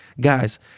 Guys